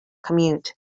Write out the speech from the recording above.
commute